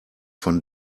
von